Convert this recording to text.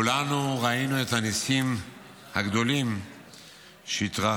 כולנו ראינו את הניסים הגדולים שהתרחשו,